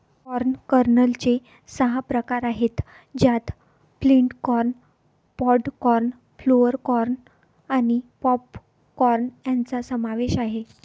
corn कर्नलचे सहा प्रकार आहेत ज्यात flint corn, pod corn, flour corn आणि पॉप कॉर्न यांचा समावेश आहे